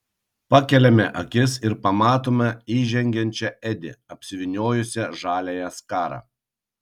pakeliame akis ir pamatome įžengiančią edi apsivyniojusią žaliąją skarą